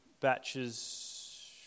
batches